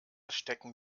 stecken